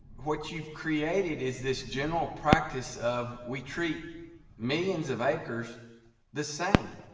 what you've created is this general practice of we treat millions of acres the same.